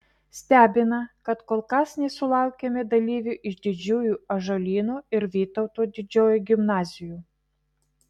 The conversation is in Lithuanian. stebina kad kol kas nesulaukėme dalyvių iš didžiųjų ąžuolyno ir vytauto didžiojo gimnazijų